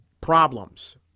problems